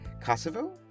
Kosovo